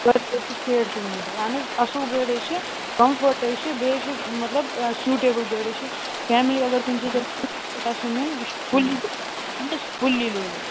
شیٹھ kilometre اہن حظ اَصٕل گٲڑۍ حظ چھِ کَمفٲٹ حظ چھِ بیٚیہِ حظ چھِ مطلب سیوٗٹیبٕل گٲڑۍ حظ چھِ فیملی اَگر کُنہِ آسیو نیُن یہِ چھُ فُلی لوڈٕڈ